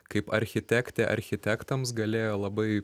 kaip architektė architektams galėjo labai